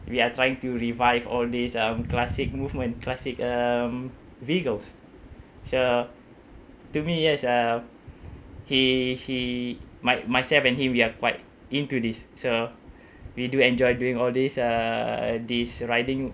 we are trying to revive all these um classic movement classic um vehicles so to me yes um he he my myself and him we are quite into this so we do enjoy doing all this uh this riding